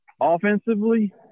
Offensively